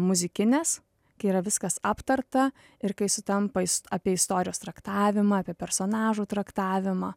muzikinės kai yra viskas aptarta ir kai sutampa apie istorijos traktavimą apie personažų traktavimą